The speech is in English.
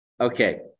Okay